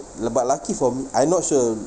l~ but lucky for me I not sure